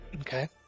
Okay